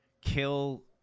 kill